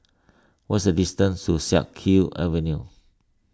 what is the distance to Siak Kew Avenue